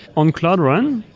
on cloudrun,